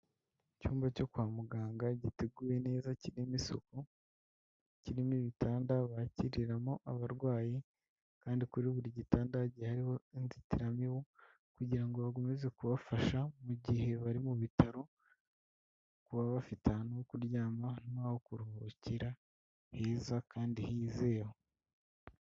Icyumba cyo kwa muganga giteguwe neza, kirimo isuku, kirimo ibitanda bakiriramo abarwayi, kandi kuri buri gitanda hagiye hariho inzitiramibu, kugira ngo bakomeze kubafasha mu gihe bari mu bitaro, kuba bafite ahantu ho kuryama n'aho kuruhukira heza kandi hizewe.